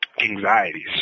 anxieties